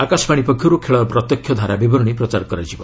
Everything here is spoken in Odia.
ଆକାଶବାଣୀ ପକ୍ଷରୁ ଖେଳର ପ୍ରତ୍ୟକ୍ଷ ଧାରାବିବରଣୀ ପ୍ରଚାର କରାଯିବ